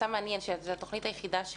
זו התוכנית היחידה,